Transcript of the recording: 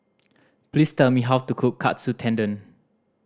please tell me how to cook Katsu Tendon